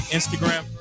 Instagram